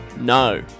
No